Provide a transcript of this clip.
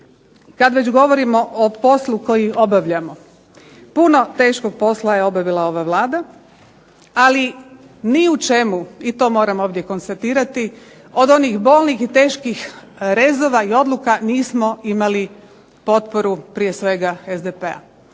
kad već govorimo o poslu koji obavljamo, puno teškog posla je obavila ova Vlada ali ni u čemu i to moram ovdje konstatirati od onih bolnih i teških rezova i odluka nismo imali potporu prije svega SDP-a.